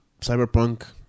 Cyberpunk